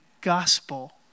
gospel